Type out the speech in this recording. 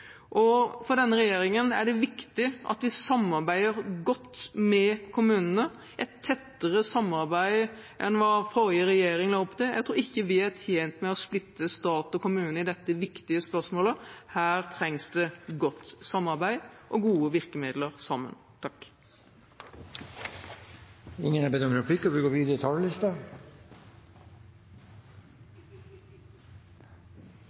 For denne regjeringen er det viktig at vi samarbeider godt med kommunene og har et tettere samarbeid enn hva forrige regjering la opp til. Jeg tror ikke vi er tjent med å splitte stat og kommune i dette viktige spørsmålet. Her trengs det godt samarbeid og gode samlede virkemidler. Det blir replikkordskifte. Takk til statsråden for innlegget. Vi